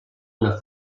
una